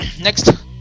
next